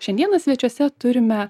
šiandieną svečiuose turime